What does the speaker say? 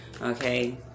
okay